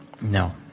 No